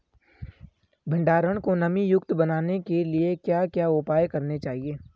भंडारण को नमी युक्त बनाने के लिए क्या क्या उपाय करने चाहिए?